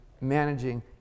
managing